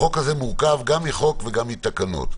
החוק הזה מורכב גם מחוק וגם מתקנות.